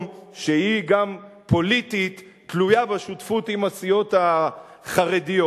שהיא גם פוליטית תלויה בשותפות עם הסיעות החרדיות,